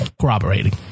Corroborating